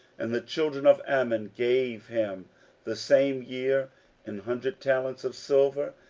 and the children of ammon gave him the same year an hundred talents of silver,